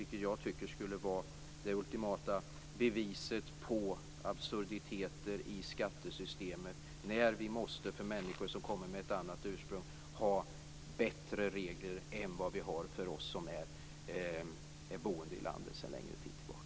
Det skulle vara det ultimata beviset på absurditeter i skattesystemet att vi för de människor med ett annat ursprung som kommer hit måste ha bättre regler än vad vi har för oss som är boende i landet sedan längre tid tillbaka.